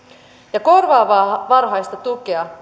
ja korvaavaa varhaista tukea